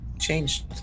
changed